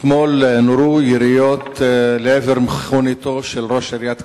אתמול נורו יריות לעבר מכוניתו של ראש עיריית כפר-קאסם.